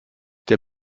der